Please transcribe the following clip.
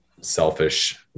selfish